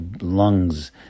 lungs